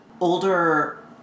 Older